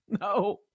No